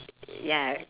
ya